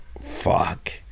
fuck